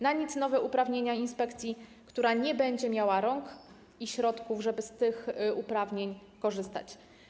Na nic nowe uprawnienia inspekcji, która nie będzie miała rąk i środków, żeby z tych uprawnień korzystać.